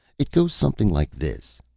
it goes something like this,